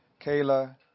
Kayla